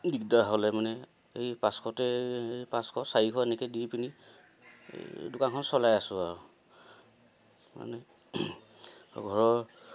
দিগদাৰ হ'লে মানে এই পাঁচশতে পাঁচশ চাৰিশ এনেকে দি পিনি দোকানখন চলাই আছোঁ আৰু মানে ঘৰৰ